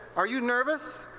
are you nervous?